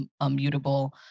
immutable